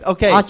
Okay